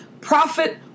profit